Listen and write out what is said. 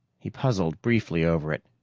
he puzzled briefly over it,